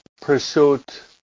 pursuit